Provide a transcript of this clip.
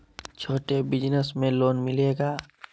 छोटा बिजनस में लोन मिलेगा?